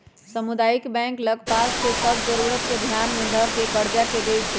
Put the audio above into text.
सामुदायिक बैंक लग पास के सभ जरूरत के ध्यान में ध कऽ कर्जा देएइ छइ